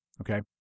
okay